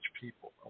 people